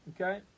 okay